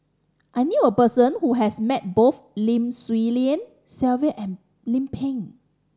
I knew a person who has met both Lim Swee Lian Sylvia and Lim Pin